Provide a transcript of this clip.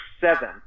seven